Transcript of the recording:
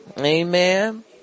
amen